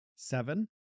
Seven